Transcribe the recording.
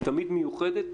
היא תמיד מיוחדת,